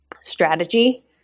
strategy